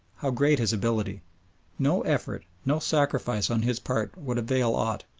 how great his ability no effort, no sacrifice on his part would avail aught,